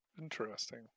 Interesting